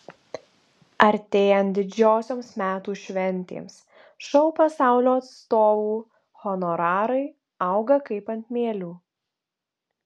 artėjant didžiosioms metų šventėms šou pasaulio atstovų honorarai auga kaip ant mielių